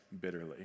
bitterly